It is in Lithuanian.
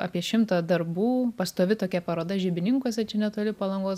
apie šimtą darbų pastovi tokia paroda žibininkuose netoli palangos